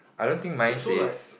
I don't think mine says